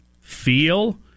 feel